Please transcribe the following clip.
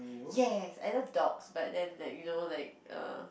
yes I love dogs but then that you know like err